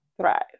thrive